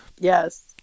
Yes